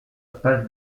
page